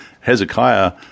Hezekiah